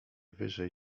wyżej